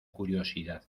curiosidad